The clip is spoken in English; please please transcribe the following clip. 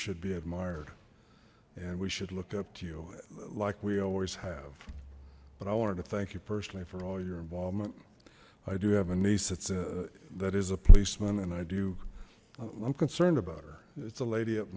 should be admired and we should look up to you like we always have but i wanted to thank you personally for all your involvement i do have a nice it's a that is a policeman and i do i'm concerned about her it's a lady up